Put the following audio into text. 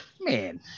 Man